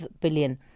billion